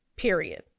period